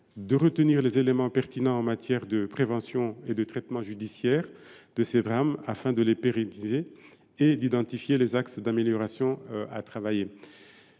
de retenir les éléments pertinents en matière de prévention et de traitement judiciaire de ces drames, afin de les pérenniser et d’identifier les axes d’amélioration à travailler.